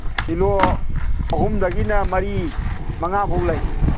kilo ꯑꯍꯨꯝꯗꯒꯤꯅ ꯃꯔꯤ ꯃꯉꯥ ꯐꯥꯎꯕ ꯂꯩ